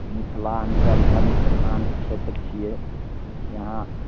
मिथिलाञ्चल धर्म प्रधान क्षेत्र छिए यहाँ